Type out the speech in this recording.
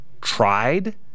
tried